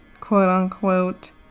quote-unquote